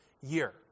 year